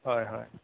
হয় হয়